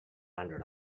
android